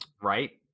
right